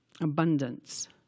abundance